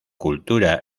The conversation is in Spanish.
cultura